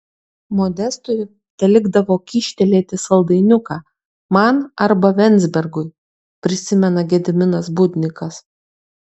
modestui telikdavo kyštelėti saldainiuką man arba venzbergui prisimena gediminas budnikas